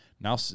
now